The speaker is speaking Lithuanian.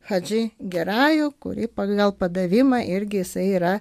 hadži gerajų kuri pagal padavimą irgi jisai yra